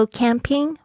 camping